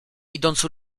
idąc